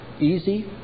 Easy